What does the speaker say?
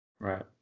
right